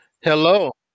Hello